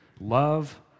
love